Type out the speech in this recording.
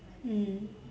mm